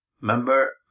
Remember